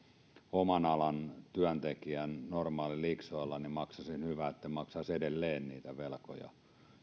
oman alan työntekijän normaaliliksoilla niin hyvä etten maksaisi edelleen niitä velkoja